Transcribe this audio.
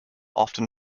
often